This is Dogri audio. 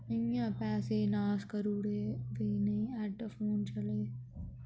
इ'यां पैसे नास करुड़े ते नेईं हैडफोन चले